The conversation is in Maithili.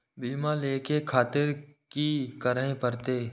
बीमा लेके खातिर की करें परतें?